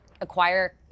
acquire